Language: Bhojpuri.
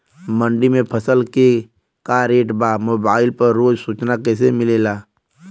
मंडी में फसल के का रेट बा मोबाइल पर रोज सूचना कैसे मिलेला?